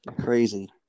crazy